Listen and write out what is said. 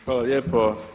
Hvala lijepo.